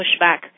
pushback